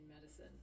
medicine